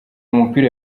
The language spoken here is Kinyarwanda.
umupira